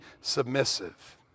submissive